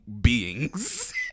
beings